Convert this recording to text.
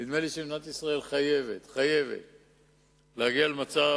נדמה לי שמדינת ישראל חייבת להגיע למצב